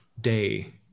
day